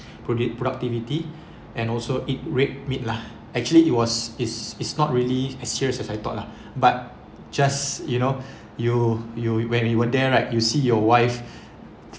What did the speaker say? produ~ productivity and also eat red meat lah actually it was is is not really as serious as I thought lah but just you know you you when you were there right you see your wife